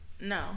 no